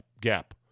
gap